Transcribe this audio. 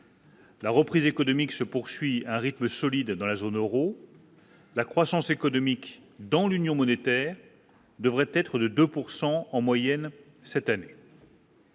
La reprise économique se poursuit à un rythme solide dans la zone Euro. La croissance économique dans l'Union monétaire devrait être de 2 pourcent en moyenne cette année.